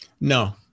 No